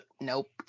nope